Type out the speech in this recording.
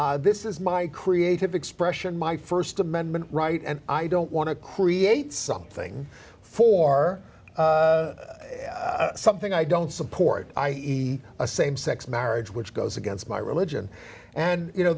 say this is my creative expression my st amendment right and i don't want to create something for something i don't support i e a same sex marriage which goes against my religion and you know